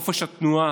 לחופש התנועה,